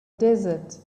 desert